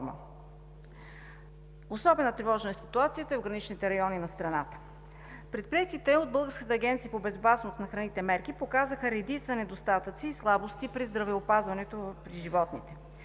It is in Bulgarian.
Особено тревожна е ситуацията в граничните райони на страната. Предприетите от Българската агенция по безопасност на храните мерки показаха редица недостатъци и слабости в здравеопазването при животните.